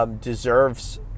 Deserves